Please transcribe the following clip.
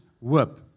whip